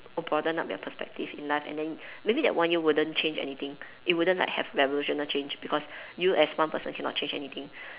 broaden up your perspective in life and then maybe that one year wouldn't change anything it wouldn't like have revolutionary change because you as one person cannot change anything